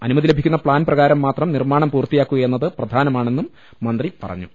അനുമതി ലഭിക്കുന്ന പ്ലാൻ പ്രകാരം മാത്രം നിർമ്മാണം പൂർത്തിയാക്കു കയെന്നത് പ്രധാന മാണെന്ന് മന്ത്രി പറഞ്ഞു